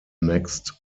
next